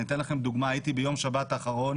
אתן לכם דוגמה: הייתי בשבת האחרונה